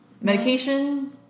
medication